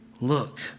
look